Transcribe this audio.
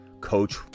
coach